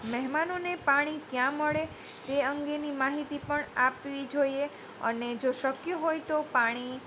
મહેમાનોને પાણી ક્યાં મળે તે અંગેની માહિતી પણ આપવી જોઈએ અને જો શક્ય હોય તો પાણી